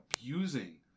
abusing